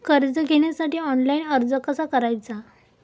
कर्ज घेण्यासाठी ऑनलाइन अर्ज कसा करायचा?